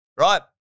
Right